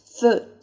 Foot